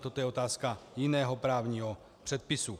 Toto je otázka jiného právního předpisu.